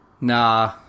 Nah